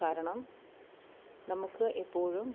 കാരണം നമുക്ക് എപ്പോഴും